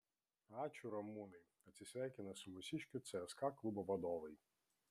ačiū ramūnai atsisveikina su mūsiškiu cska klubo vadovai